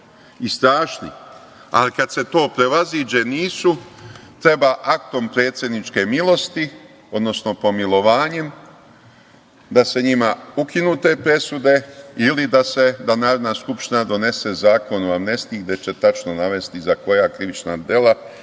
i strašni, ali kad se to prevaziđe nisu, treba aktom predsedničke milosti, odnosno pomilovanjem da se njima ukinu te presude ili da Narodna skupština donese zakon o amnestiji gde će tačno navesti za koja krivična dela